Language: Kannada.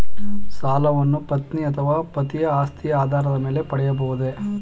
ಸಾಲವನ್ನು ಪತ್ನಿ ಅಥವಾ ಪತಿಯ ಆಸ್ತಿಯ ಆಧಾರದ ಮೇಲೆ ಪಡೆಯಬಹುದೇ?